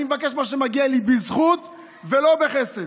אני מבקש מה שמגיע לי בזכות ולא בחסד.